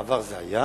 בעבר זה היה